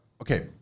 okay